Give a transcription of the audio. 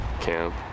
camp